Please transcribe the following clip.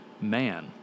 man